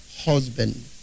husband